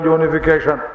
Unification